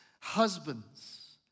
husbands